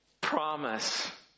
promise